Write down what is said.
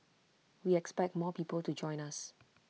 we expect more people to join us